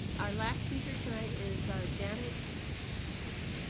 our last speaker tonight is janet saiers.